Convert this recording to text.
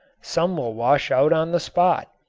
some will wash out on the spot.